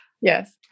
Yes